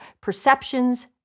perceptions